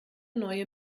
neue